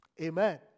Amen